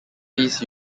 feast